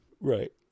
Right